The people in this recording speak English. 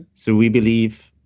so we believe,